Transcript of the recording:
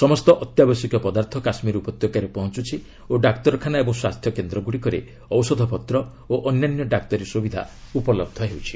ସମସ୍ତ ଅତ୍ୟାବଶ୍ୟକୀୟ ପଦାର୍ଥ କାଶ୍ମୀର ଉପତ୍ୟକାରେ ପହଞ୍ଚୁଛି ଓ ଡାକ୍ତରଖାନା ଏବଂ ସ୍ୱାସ୍ଥ୍ୟ କେନ୍ଦ୍ରଗୁଡ଼ିକରେ ଔଷଧପତ୍ରଓ ଅନ୍ୟାନ୍ୟ ଡାକ୍ତରୀ ସୁବିଧା ଉପଲହ୍ଧ ହେଉଛି